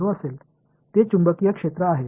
அல்லது nonzero ஆக இருக்கும்